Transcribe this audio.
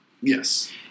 Yes